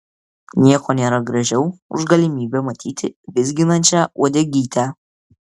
nieko nėra gražiau už galimybę matyti vizginančią uodegytę